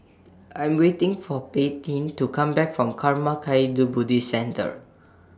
I Am waiting For Paityn to Come Back from Karma Kagyud Buddhist Centre